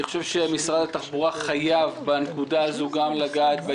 אני חושב שמשרד התחבורה חייב בנקודה הזו גם לגעת,